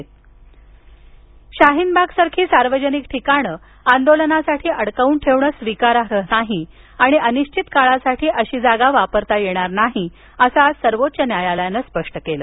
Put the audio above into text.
शाहीनबाग शाहीनबागसारखी सार्वजनिक ठिकाणं आंदोलनासाठी अडकावून ठेवणं स्वीकाराई नाही आणि अनिश्वित काळासाठी अशी जागा वापरता येणार नाही असं आज सर्वोच्च न्यायालयानं स्पष्ट केलं